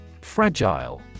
Fragile